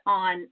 on